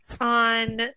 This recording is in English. on